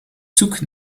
zoek